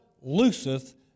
looseth